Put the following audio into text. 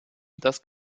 das